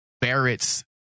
Barrett's